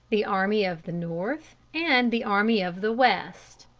the army of the north, and the army of the west.